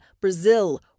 Brazil